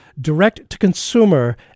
direct-to-consumer